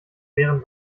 wären